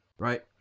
Right